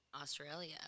Australia